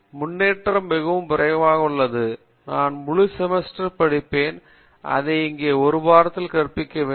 காமகோடி முன்னேற்றம் மிகவும் விரைவாக உள்ளது நான் முழு செமஸ்டர் படிப்பேன் அதை இங்கே ஒரு வாரத்திற்குள் கற்பிக்க வேண்டும்